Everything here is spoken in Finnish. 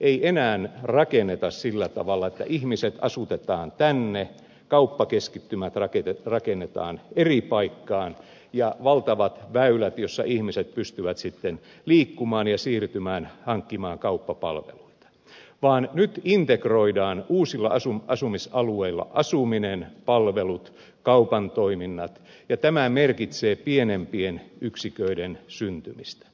ei enää rakenneta sillä tavalla että ihmiset asutetaan tänne kauppakeskittymät rakennetaan eri paikkaan ja valtavat väylät joilla ihmiset pystyvät sitten liikkumaan ja siirtymään hankkimaan kauppapalveluita vaan nyt integroidaan uusilla asumisalueilla asuminen palvelut kaupan toiminnat ja tämä merkitsee pienempien yksiköiden syntymistä